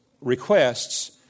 requests